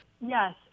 Yes